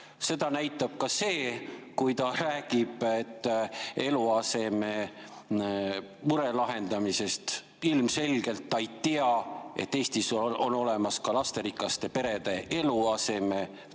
Seda näitab ka see, kui ta räägib eluasememure lahendamisest. Ilmselgelt ta ei tea, et Eestis on olemas ka lasterikaste perede eluasemetoetus